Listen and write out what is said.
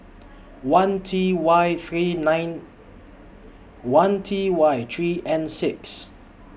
one T Y three nine one T Y three N six